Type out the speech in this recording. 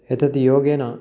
एतत् योगेन